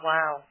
Wow